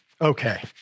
Okay